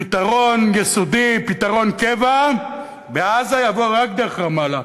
פתרון יסודי, פתרון קבע בעזה, יבוא רק דרך רמאללה.